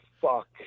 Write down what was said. fuck